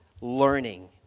learning